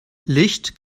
licht